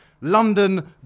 London